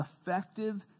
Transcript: effective